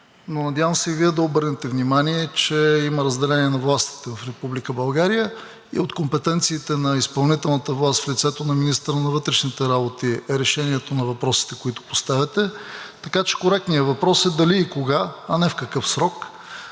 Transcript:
се надявам и Вие да обърнете внимание, че има разделение на властите в Република България и от компетенциите на изпълнителната власт в лицето на министъра на вътрешните работи е решението на въпросите, които поставяте, така че коректният въпрос е: дали и кога, а не в какъв срок?